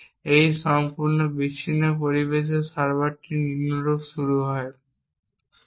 এবং সম্পূর্ণ বিচ্ছিন্ন পরিবেশে সার্ভারটি নিম্নরূপ শুরু করি